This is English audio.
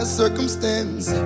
circumstance